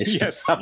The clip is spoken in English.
Yes